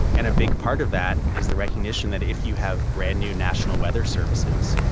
and a big part of that is the recognition that if you have brand new national weather services,